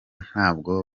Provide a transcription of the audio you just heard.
ntabwo